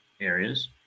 areas